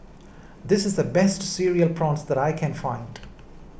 this is the best Cereal Prawns that I can find